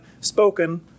spoken